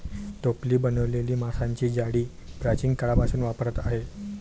टोपली बनवलेली माशांची जाळी प्राचीन काळापासून वापरात आहे